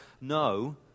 No